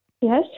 Yes